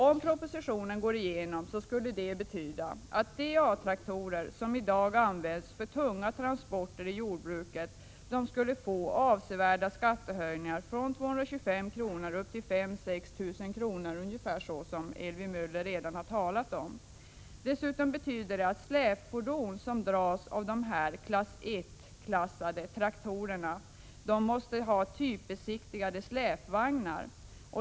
Om propositionen går igenom skulle det betyda att de A traktorer som i dag används för tunga transporter i jordbruket, skulle få avsevärda skattehöjningar, från 225 kr. till 5 000—6 000 kr., vilket Ewy Prot. 1986/87:46 Möller redan har nämnt. 10 december 1986 Dessutom betyder det att släpfordon som dras av dessa till klassIhöranFde. Sr traktorer måste ha typbesiktigade släpvagnar.